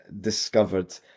discovered